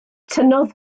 tynnodd